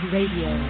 Radio